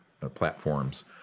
platforms